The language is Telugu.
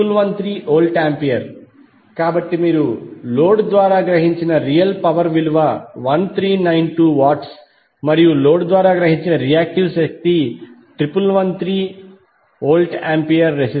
66°1392j1113VA కాబట్టి మీరు లోడ్ ద్వారా గ్రహించిన రియల్ పవర్ విలువ 1392 వాట్స్ మరియు లోడ్ ద్వారా గ్రహించిన రియాక్టివ్ శక్తి 1113 VAR